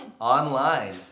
online